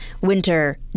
winter